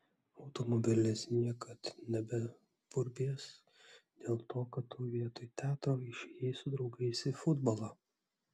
automobilis niekad neburbės dėl to kad tu vietoj teatro išėjai su draugais į futbolą